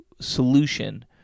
solution